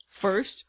First